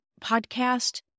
podcast